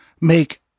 make